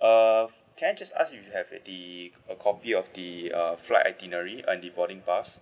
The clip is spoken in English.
uh can I just ask do you have the a copy of the uh flight itinerary and the boarding pass